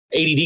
Add